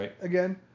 again